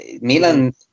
Milan